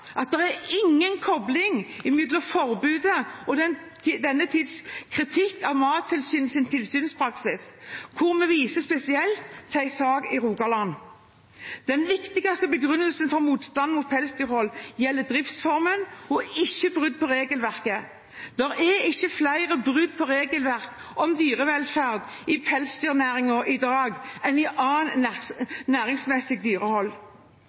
at det ikke er noen kobling mellom forbudet og den senere tids kritikk av Mattilsynets tilsynspraksis, der man spesielt viser til en sak i Rogaland. Den viktigste begrunnelsen for motstanden mot pelsdyrhold gjelder driftsformen, ikke brudd på regelverket. Det er ikke flere brudd på regelverket om dyrevelferd i pelsdyrnæringen i dag enn i annet næringsmessig dyrehold.